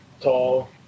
tall